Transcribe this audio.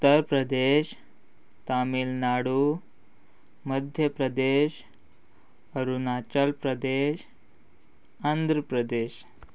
Uttar Pradesh Tamil Nadu Madhya Pradesh Arunachal Pradesh Andhra Pradesh